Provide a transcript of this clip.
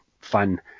fun